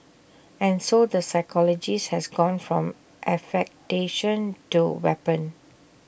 and so the psychologist has gone from affectation to weapon